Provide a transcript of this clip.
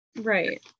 Right